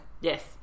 Yes